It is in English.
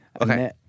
Okay